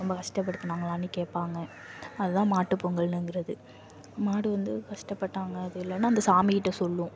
ரொம்ப கஷ்டப்படுத்துனாங்கலான்னு கேட்பாங்க அதுதான் மாட்டுப்பொங்கல்னுங்குறது மாடு வந்து கஷ்ட்டப்பட்டாங்க அது இல்லைன்னு அந்த சாமி கிட்ட சொல்லும்